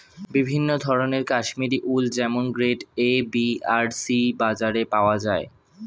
বিভিন্ন ধরনের কাশ্মীরি উল যেমন গ্রেড এ, বি আর সি বাজারে পাওয়া যায়